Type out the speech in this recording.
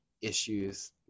issues